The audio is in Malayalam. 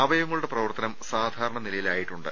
അവയ വങ്ങളുടെ പ്രവർത്തനം സാധാരണ നിലയിലായിട്ടുണ്ട്